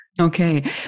Okay